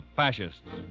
fascists